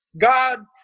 God